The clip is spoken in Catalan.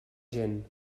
gent